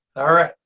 alright.